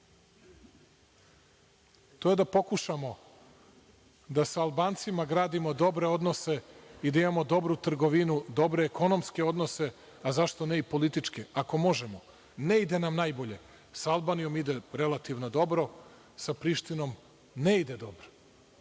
to je da pokušamo da sa Albancima gradimo dobre odnose i da imamo dobru trgovinu, dobre ekonomske odnose, a zašto ne i političke, ako možemo. Ne ide nam najbolje, sa Albanijom ide relativno dobro, sa Prištinom ne ide dobro,